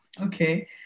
Okay